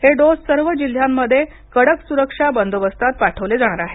हे डोस सर्व जिल्ह्यांमध्ये कडक सुरक्षा बंदोबस्तात पाठवले जाणार आहेत